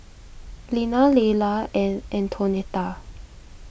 Lina Lela and Antonetta